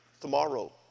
tomorrow